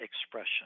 expression